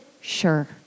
Sure